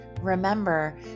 Remember